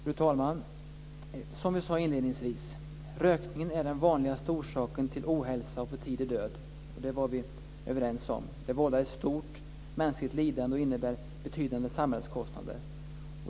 Fru talman! Som vi sade inledningsvis är rökning den vanligaste orsaken till ohälsa och för tidig död. Det var vi överens om. Den vållar stort mänskligt lidande och innebär betydande samhällskostnader.